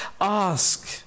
ask